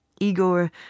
Igor